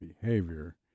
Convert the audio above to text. behavior